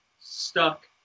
stuck